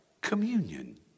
communion